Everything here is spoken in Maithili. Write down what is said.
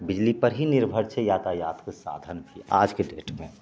बिजलीपर ही निर्भर छै यातायातके साधन छियै आजके डेटमे